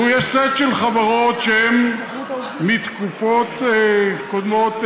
תראו, יש סט של חברות שהן מתקופות קודמות.